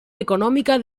econòmica